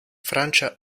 francia